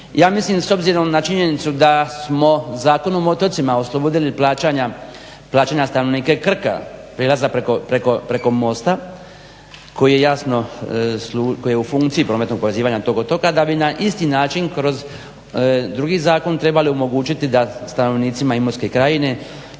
Ja mislim s obzirom na činjenicu da smo Zakonom o otocima oslobodili plaćanja stanovnika i Krka prelaza preko mosta koji je jasno, koji je u funkciji prometnog povezivanja tog otoka da bi na isti način kroz drugi zakon trebali omogućiti da stanovnicima Imotske krajine